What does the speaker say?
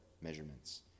measurements